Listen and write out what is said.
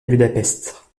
budapest